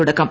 തുടക്കം